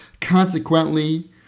Consequently